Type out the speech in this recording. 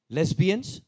Lesbians